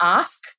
ask